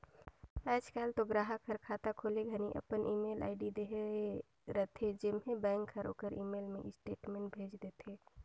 आयज कायल तो गराहक हर खाता खोले घनी अपन ईमेल आईडी देहे रथे जेम्हें बेंक हर ओखर ईमेल मे स्टेटमेंट भेज देथे